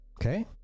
Okay